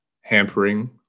hampering